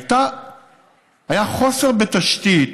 היה חוסר בתשתית,